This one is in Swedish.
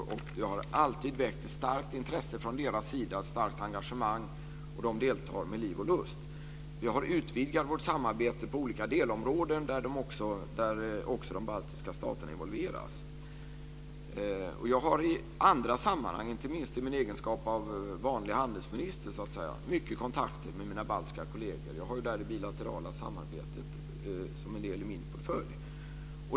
Det har alltid väckt ett starkt intresse och engagemang från deras sida. De deltar med liv och lust. Vi har utvidgat vårt samarbete på olika delområden där också de baltiska staterna involveras. Jag har i andra sammanhang, inte minst i min egenskap av vanlig handelsminister, mycket kontakter med mina baltiska kolleger. Jag har det bilaterala samarbetet som en del i min portfölj.